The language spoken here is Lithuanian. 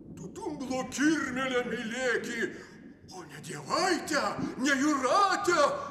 tu dumblo kirmelę mylėki o ne dievaitę ne jūratę